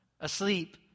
asleep